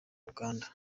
uganda